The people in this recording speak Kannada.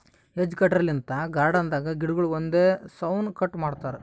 ಹೆಜ್ ಕಟರ್ ಲಿಂತ್ ಗಾರ್ಡನ್ ದಾಗ್ ಗಿಡಗೊಳ್ ಒಂದೇ ಸೌನ್ ಕಟ್ ಮಾಡ್ತಾರಾ